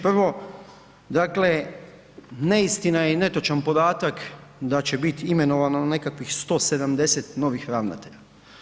Prvo, dakle, neistina je i netočan podatak da će biti imenovano nekakvih 170 novih ravnatelja.